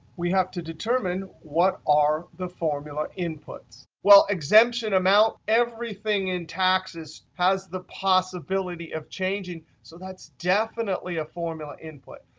we have to determine, what are the formula inputs? well, exemption amount everything in taxes has the possibility of changing. so that's definitely a formula input.